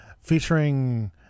featuring